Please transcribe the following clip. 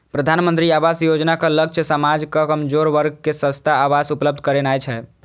प्रधानमंत्री आवास योजनाक लक्ष्य समाजक कमजोर वर्ग कें सस्ता आवास उपलब्ध करेनाय छै